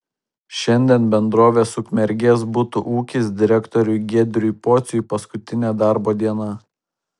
šiandien bendrovės ukmergės butų ūkis direktoriui giedriui pociui paskutinė darbo diena